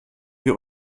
wir